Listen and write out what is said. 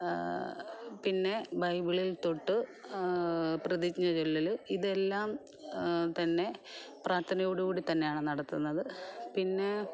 പിന്നെ ബൈബിളിൽ തൊട്ട് പ്രതിജ്ഞ ചൊല്ലല് ഇതെല്ലാം തന്നെ പ്രാർത്ഥനയോടുകൂടി തന്നാണ് നടത്തുന്നത് പിന്നേ